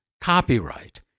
Copyright